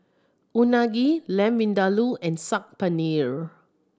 Unagi Lamb Vindaloo and Saag Paneer